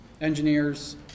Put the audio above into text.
engineers